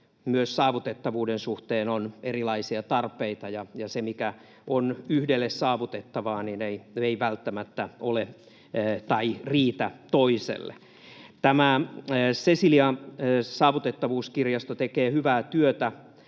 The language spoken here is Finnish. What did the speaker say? Myös saavutettavuuden suhteen on erilaisia tarpeita, ja se, mikä on yhdelle saavutettavaa, ei välttämättä riitä toiselle. Tämä Celia-saavutettavuuskirjasto tekee hyvää työtä